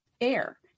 air